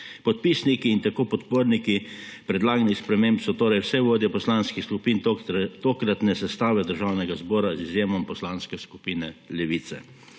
Podpisniki in tako podporniki predlaganih sprememb so torej vse vodje poslanskih skupin tokratne sestave Državnega zbora, z izjemo Poslanske skupine Levica.